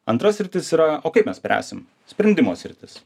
antra sritis yra o kaip mes spręsim sprendimo sritis